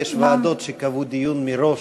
הכנסת, אני חייבת לומר,